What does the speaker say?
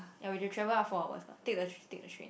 ya we had to travel up four hours lah take the take the train